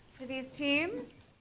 for these teams.